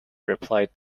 replied